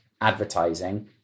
advertising